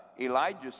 Elijah